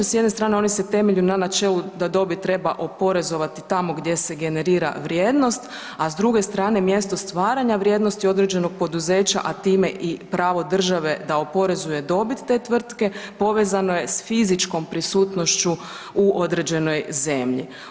S jedne strane oni se temelje na načelu da dobit treba oporezovati tamo gdje se generira vrijednost, a s druge strane mjesto stvaranja vrijednosti određenog poduzeća a time i pravo države da oporezuje dobit te tvrtke povezano je s fizičkom prisutnošću u određenoj zemlji.